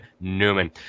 Newman